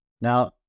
Now